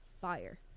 fire